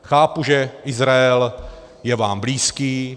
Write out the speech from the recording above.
Chápu, že Izrael je vám blízký.